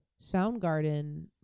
Soundgarden